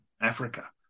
Africa